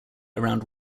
around